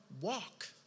walk